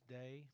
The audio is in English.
day